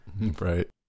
right